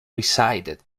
resided